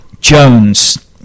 Jones